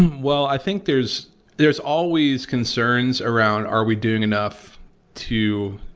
well, i think there's there's always concerns around, are we doing enough to,